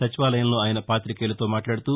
సచివాలయంలో ఆయన పాతికేయులతో మాట్లాడుతూ